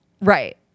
right